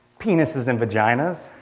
penises and vaginas.